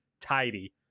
tidy